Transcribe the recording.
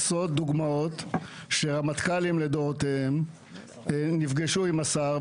עשרות דוגמאות שרמטכ"לים לדורותיהם נפגשו עם השר,